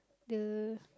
the